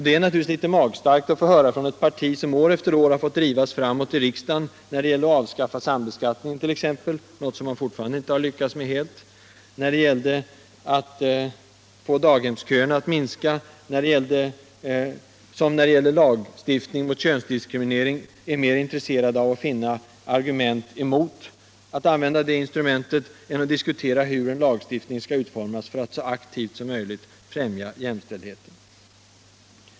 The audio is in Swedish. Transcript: Det är naturligtvis litet magstarkt att få höra sådant från ett parti som år efter år har fått drivas framåt i riksdagen, t.ex. när det gällde att avskaffa sambeskattningen — något som man fortfarande inte helt har lyckats med — och när det gällde att få daghemsköerna att minska, och som när det gäller lagstiftning mot könsdiskriminering är mer intresserat av att finna argument emot att använda det instrumentet än av att diskutera hur en lagstiftning skall utformas för ati så aktivt som möjligt främja jämställdheten.